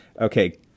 Okay